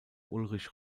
ulrich